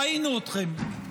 ראינו אתכם.